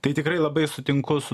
tai tikrai labai sutinku su